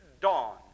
dawn